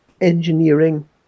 engineering